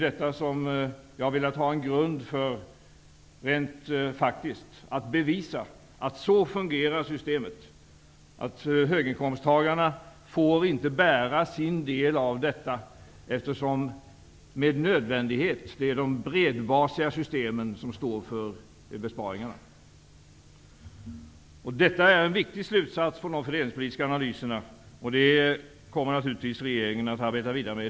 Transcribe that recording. Jag har velat ha en grund för det, som bevisar att systemet faktiskt fungerar så. Höginkomsttagarna får inte bära sin del, eftersom det med nödvändighet är systemen med bred bas som står för besparingarna. Detta är en viktig slutsats av den fördelningspolitiska analysen. Det kommer regeringen naturligtvis att arbeta vidare med.